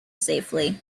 safely